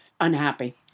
unhappy